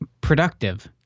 productive